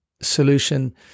solution